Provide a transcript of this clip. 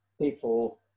people